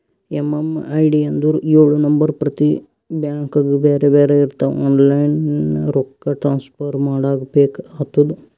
MMID ಅಂದುರ್ ಎಳು number ಪ್ರತಿ ಬ್ಯಾಂಕ್ಗ ಬ್ಯಾರೆ ಬ್ಯಾರೆ ಇರ್ತಾವ್ ಆನ್ಲೈನ್ ರೊಕ್ಕಾ ಟ್ರಾನ್ಸಫರ್ ಮಾಡಾಗ ಬೇಕ್ ಆತುದ